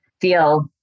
feel